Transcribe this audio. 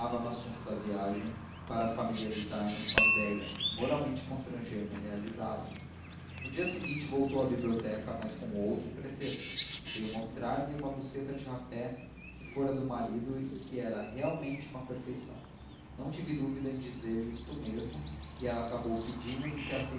no assunto da viagem para familiarizar mos com a idéia e moralmente constranger me a realizá-la no dia seguinte voltou à biblioteca mas com outro pretexto veio mostrar-me uma boceta de rapé que fora do marido e que era realmente uma perfeição não tive dúvida em dizer-lhe isto mesmo e ela acabou pedindo-me que